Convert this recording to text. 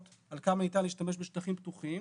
על כמה ניתן להשתמש בשטחים פתוחים,